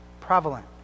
prevalent